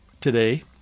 today